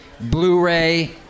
Blu-ray